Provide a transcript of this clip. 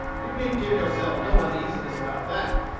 you need give yourself no uneasiness about that,